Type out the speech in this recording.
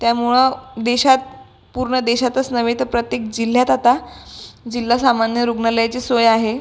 त्यामुळं देशात पूर्ण देशातच नव्हे तर प्रत्येक जिल्ह्यात आता जिल्हा सामान्य रुग्नालयाची सोय आहे